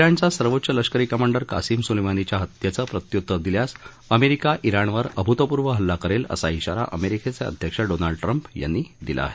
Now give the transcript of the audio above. जाणचा सर्वोच्च लष्करी commander Qasim सुलेमानींच्या हत्येचं प्रत्युत्तर दिल्यास अमेरिका जिणवर अभूतपूर्व हल्ला करील असा जिारा अमेरिकेचे अध्यक्ष डोनाल्ड ट्रम्प यांनी दिला आहे